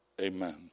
Amen